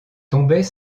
tombait